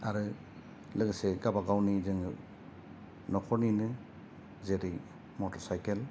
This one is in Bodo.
आरो लोगोसे गावबा गावनि जोङो नखरनिनो जेरै मटर साइकेल